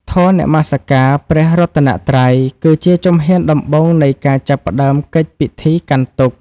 ធម៌នមស្ការព្រះរតនត្រ័យ គឺជាជំហានដំបូងនៃការចាប់ផ្ដើមកិច្ចពិធីកាន់ទុក្ខ។